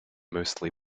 mostly